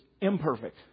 imperfect